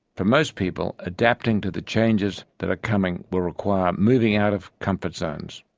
for most people, adapting to the changes that are coming will require moving out of comfort zones.